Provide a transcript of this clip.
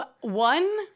one